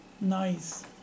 nice